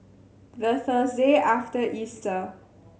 the Thursday after Easter